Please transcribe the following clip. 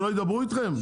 שלא ידברו איתכם?